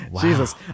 jesus